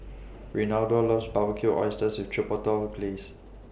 Reynaldo loves Barbecued Oysters with Chipotle Glaze